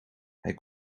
hij